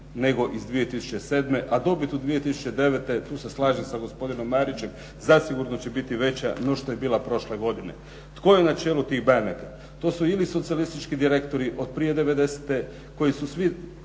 nego iz 2007., a dobit u 2009. tu se slažem sa gospodinom Marićem, zasigurno će biti veća no što je bila prošle godine. Tko je na čelu tih banaka? To su ili socijalistički direktori od prije devedesete,